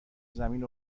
زمین